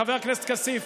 חבר הכנסת כסיף,